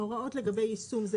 ההוראות לגבי יישום זה,